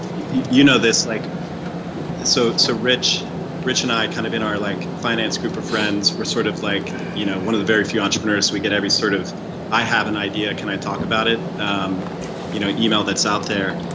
you know this like so so rich rich and i kind of in are like finance group of friends. we're sort of like you know one of the very few entrepreneurs, we get every sort of i have an idea, can i talk about it, um you know email that's out there.